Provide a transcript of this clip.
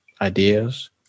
ideas